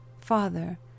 father